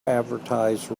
advertise